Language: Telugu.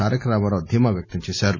తారక రామారావు ధీమా వ్యక్తంచేశారు